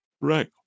Right